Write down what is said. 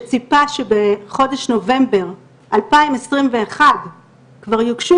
שציפה שבחודש נובמבר 2021 כבר יוגשו